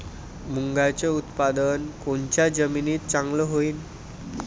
मुंगाचं उत्पादन कोनच्या जमीनीत चांगलं होईन?